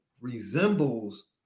resembles